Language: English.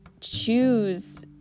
choose